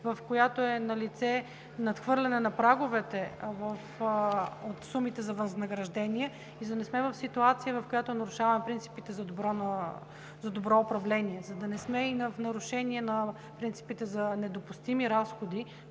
в която е налице надхвърляне на праговете от сумите за възнаграждение и за да не сме в ситуация, в която нарушаваме принципите за добро управление, за да не сме и в нарушение на принципите за недопустими разходи,